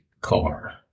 car